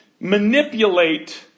manipulate